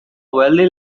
wealthy